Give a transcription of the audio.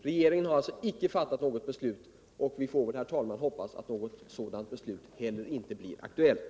Regeringen har alltså icke fattat något beslut, och vi får väl hoppas att något sådant beslut heller inte blir aktuellt.